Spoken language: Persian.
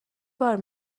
بار